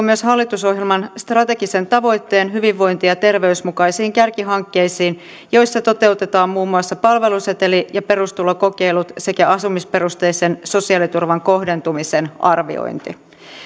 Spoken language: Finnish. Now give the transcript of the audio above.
myös hallitusohjelman strategisen tavoitteen hyvinvointi ja terveys mukaisiin kärkihankkeisiin joissa toteutetaan muun muassa palveluseteli ja perustulokokeilut sekä asumisperusteisen sosiaaliturvan kohdentumisen arviointi